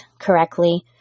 correctly